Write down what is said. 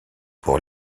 pour